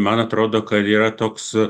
man atrodo kad yra toks